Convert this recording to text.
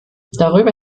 darüber